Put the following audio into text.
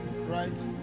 Right